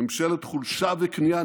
ממשלת חולשה וכניעה,